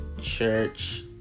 church